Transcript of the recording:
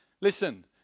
Listen